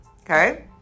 Okay